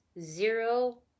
zero